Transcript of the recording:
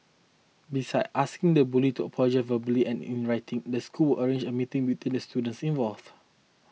besides asking the bully to apologise verbally and in writing the school arrange a meeting between the students involved